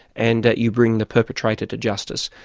and you bring the perpetrator to justice.